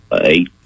eight